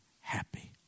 happy